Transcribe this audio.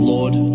Lord